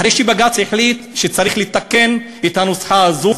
אחרי שבג"ץ החליט שצריך לתקן את הנוסחה הזו,